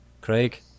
Craig